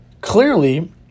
clearly